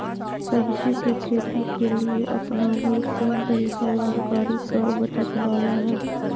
सब्जी के खेती के लिए अपनाबल कोन तरीका लाभकारी कर बचत बाला है?